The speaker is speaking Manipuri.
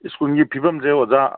ꯁ꯭ꯀꯨꯜꯒꯤ ꯐꯤꯕꯝꯁꯦ ꯑꯣꯖꯥ